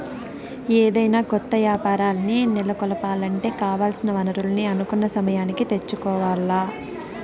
ఏదైనా కొత్త యాపారాల్ని నెలకొలపాలంటే కావాల్సిన వనరుల్ని అనుకున్న సమయానికి తెచ్చుకోవాల్ల